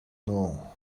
know